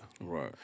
Right